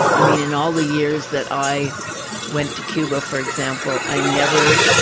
i mean in all the years that i went to cuba for example, i never,